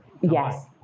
yes